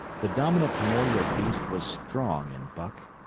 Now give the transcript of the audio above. the dominant primordial beast was strong in buck,